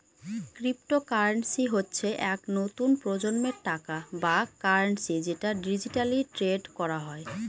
cryptocurrency হচ্ছে এক নতুন প্রজন্মের টাকা বা কারেন্সি যেটা ডিজিটালি ট্রেড করা হয়